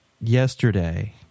Yesterday